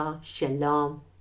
shalom